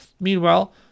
Meanwhile